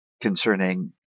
concerning